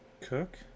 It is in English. Cook